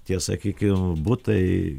tie sakykim butai